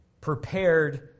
prepared